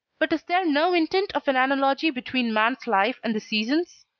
but is there no intent of an analogy between man's life and the seasons?